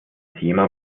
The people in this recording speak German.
thema